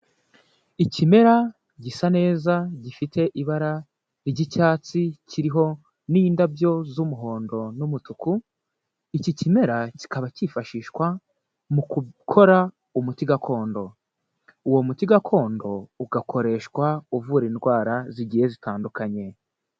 Ikimera gisa neza gifite ibara ry'icyatsi kiriho n'indabyo z'umuhondo n'umutuku, iki kimera kikaba cyifashishwa mu gukora umuti gakondo, uwo muti gakondo ugakoreshwa uvura indwara zigiye zitandukanye.